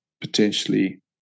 potentially